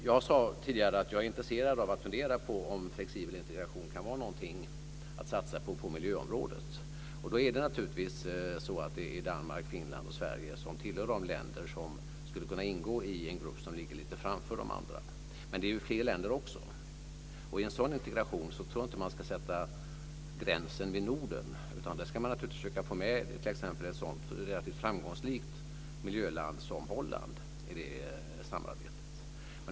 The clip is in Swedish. Jag sade tidigare att jag är intresserad av att fundera på om flexibel integration kan vara någonting att satsa på inom miljöområdet. Då är det naturligtvis Danmark, Finland och Sverige som tillhör de länder som skulle kunna ingå i en grupp som ligger lite framför de andra. Men det är fler länder också. I en sådan integration tror jag inte att man ska sätta gränsen vid Norden, utan man ska naturligtvis försöka få med t.ex. ett sådant relativt framgångsrikt miljöland som Holland i det samarbetet.